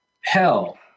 Hell